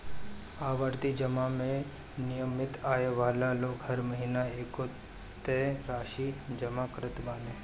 आवर्ती जमा में नियमित आय वाला लोग हर महिना एगो तय राशि जमा करत बाने